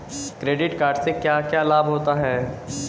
Credit card से क्या क्या लाभ होता है?